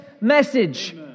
message